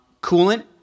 Coolant